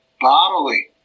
bodily